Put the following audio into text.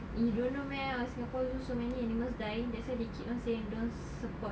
you don't know meh our Singapore zoo so many animals dying so they keep on saying don't support